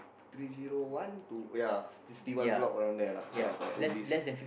three zero one to ya fifty one block around there lah ya correct Ubi